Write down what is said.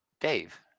Dave